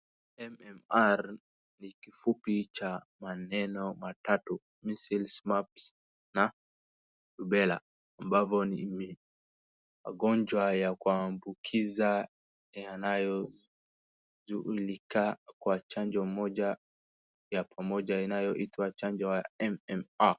MMR ni kifupi vha maneno matatu measles, mumps na rubela ambazo ni magonjwa ya kuambukiza yanayojulikana kwa chanjo moja inayoitwa MMR